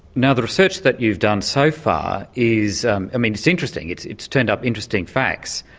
now the research that you've done so far is i mean it's interesting, it's it's turned up interesting facts,